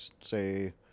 say